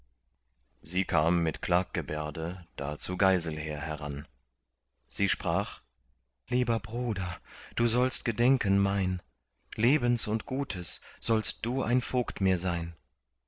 sie kam mit klaggebärde da zu geiselher heran sie sprach lieber bruder du sollst gedenken mein lebens und gutes sollst du ein vogt mir sein